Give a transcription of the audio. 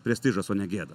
prestižas o ne gėda